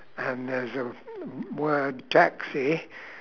and there is a word taxi